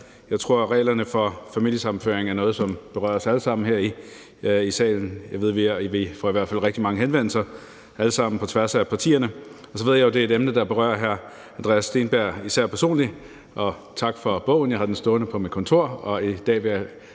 Jeg tror, at reglerne for familiesammenføring er noget, som berører os alle sammen her i salen. Jeg ved, at vi alle sammen får rigtig mange henvendelser på tværs af partierne, og så ved jeg jo, at det er et emne, der berører hr. Andreas Steenberg især personligt. Og tak for bogen; jeg har den stående på mit kontor,